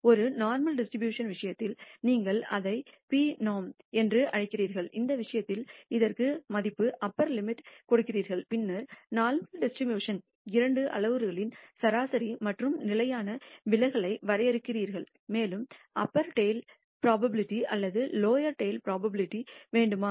ஒரு நோர்மல் டிஸ்ட்ரிபூஷணனின்ன் விஷயத்தில் நீங்கள் அதை pnorm என்று அழைக்கிறீர்கள் இந்த விஷயத்தில் அதற்கு மதிப்பு அப்பர் லிமிட்டை கொடுக்கிறீர்கள் பின்னர் நோர்மல் டிஸ்ட்ரிபூஷணனின்ன் இரண்டு அளவுருக்களின் சராசரி மற்றும் நிலையான விலகலை வரையறுக்கிறீர்கள் மேலும் அப்பர் டைல் புரோபாபிலிடி அல்லது லோவெற் டைல் புரோபாபிலிடி வேண்டுமா